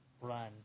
run